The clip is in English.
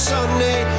Sunday